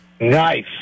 Nice